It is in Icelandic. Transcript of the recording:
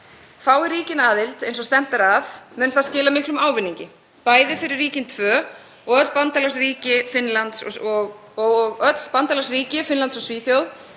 Fái ríkin aðild eins og stefnt er að mun það skila miklum ávinningi, bæði fyrir ríkin tvö og öll bandalagsríki, og Finnland og Svíþjóð